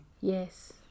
Yes